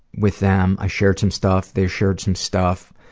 with them. i shared some stuff, they shared some stuff.